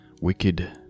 wicked